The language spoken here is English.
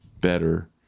better